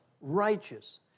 righteous